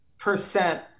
Percent